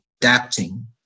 adapting